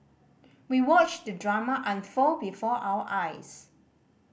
we watched the drama unfold before our eyes